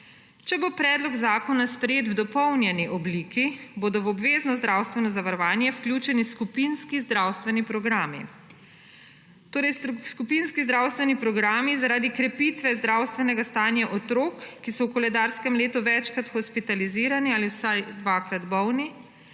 Če bo predlog zakona sprejet v dopolnjeni obliki, bodo v obvezno zdravstveno zavarovanje vključeni skupinski zdravstveni programi. Torej skupinski zdravstveni programi zaradi krepitve zdravstvenega stanja otrok, ki so v koledarskem letu večkrat hospitalizirani ali vsaj dvakrat bolni,